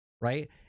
right